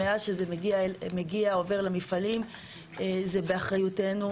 מאז שזה עובר למפעלים זה באחריותנו.